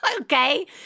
Okay